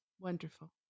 Wonderful